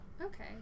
Okay